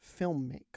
filmmaker